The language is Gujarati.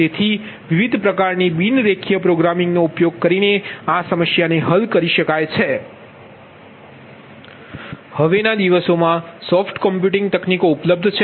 તેથી વિવિધ પ્રકારની બિન રેખીય પ્રોગ્રામિંગનો ઉપયોગ કરીને આ સમસ્યાને હલ કરી શકાય છે હવે ના દિવસોમાં સોફ્ટ કમ્પ્યુટિંગ તકનીકો ઉપલબ્ધ છે